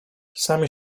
sami